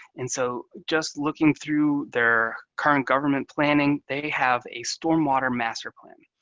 and so just looking through their current government planning, they have a stormwater master plan.